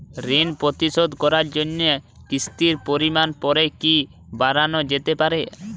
ঋন পরিশোধ করার জন্য কিসতির পরিমান পরে কি বারানো যেতে পারে?